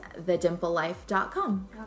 theDimpleLife.com